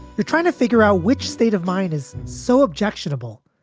you're trying to figure out which state of mind is so objectionable,